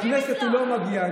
לכנסת הוא לא מגיע,